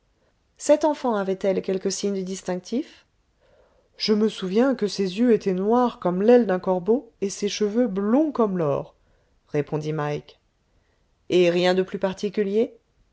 cet enfant avait-elle quelques signes distinctifs je me souviens que ses yeux étaient noirs comme l'aile d'un corbeau et ses cheveux blonds comme l'or répondit mike et rien de plus particulier